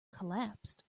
collapsed